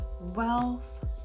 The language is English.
wealth